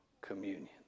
communion